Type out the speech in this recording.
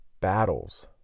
battles